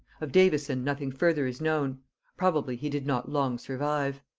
of davison nothing further is known probably he did not long survive.